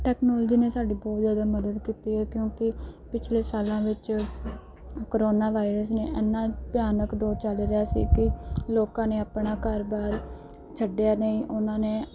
technology ਨੇ ਸਾਡੀ ਬਹੁਤ ਜ਼ਿਆਦਾ ਮਦਦ ਕੀਤੀ ਆ ਕਿਉਂਕਿ ਪਿਛਲੇ ਸਾਲਾਂ ਵਿੱਚ ਕਰੋਨਾ ਵਾਇਰਸ ਨੇ ਇੰਨਾ ਭਿਆਨਕ ਦੌਰ ਚੱਲ ਰਿਹਾ ਸੀ ਕਿ ਲੋਕਾਂ ਨੇ ਆਪਣਾ ਘਰ ਬਾਰ ਛੱਡਿਆ ਨਹੀਂ ਉਹਨਾਂ ਨੇ